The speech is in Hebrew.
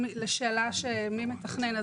לשאלה של מי מתכנן,